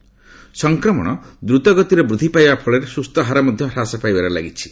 ସଫକ୍ରମଣ ଦ୍ରତଗତିରେ ବୃଦ୍ଧି ପାଇବା ଫଳରେ ସୁସ୍ଥ ହାର ମଧ୍ୟ ହ୍ରାସ ପାଇବାରେ ଲାଗିଛି